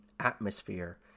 atmosphere